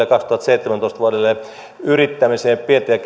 ja kaksituhattaseitsemäntoista yrittämiseen ja pienten ja